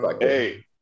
Hey